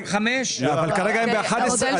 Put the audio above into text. אבל כרגע הם ב-11,